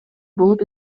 болуп